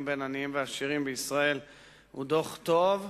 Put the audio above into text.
בין עניים לעשירים בישראל הוא דוח טוב,